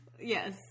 Yes